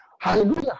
hallelujah